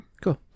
Cool